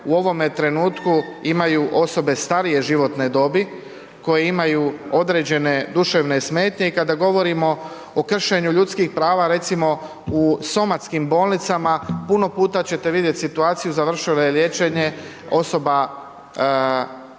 u ovome trenutku imaju osobe starije životne dobi koje imaju određene duševne smetnje i kada govorimo o kršenju ljudskih prava, recimo, u somatskim bolnicama, puno puta ćete vidjeti situaciju, završilo je liječenje, osoba